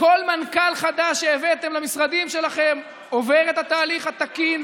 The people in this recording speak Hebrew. כל מנכ"ל חדש שהבאתם למשרדים שלכם עובר את התהליך התקין,